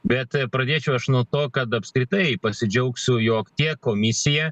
bet pradėčiau aš nuo to kad apskritai pasidžiaugsiu jog tiek komisija